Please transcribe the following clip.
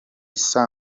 saa